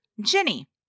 Jenny